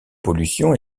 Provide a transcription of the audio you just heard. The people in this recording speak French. pollution